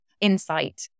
insight